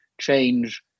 change